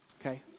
okay